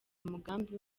umugambi